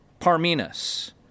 Parmenas